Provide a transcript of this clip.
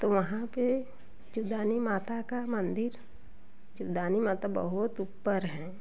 तो वहाँ पर जीवदानी माता का मंदिर जीवदानी माता बहुत ऊपर है